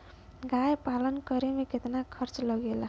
गाय पालन करे में कितना खर्चा लगेला?